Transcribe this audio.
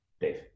Dave